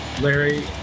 larry